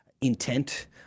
Intent